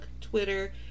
Twitter